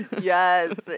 Yes